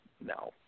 No